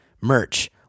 merch